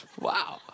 Wow